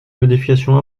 modification